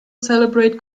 celebrate